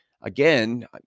again